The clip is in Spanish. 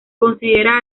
considera